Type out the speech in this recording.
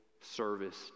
service